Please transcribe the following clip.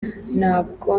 ntabwo